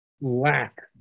lack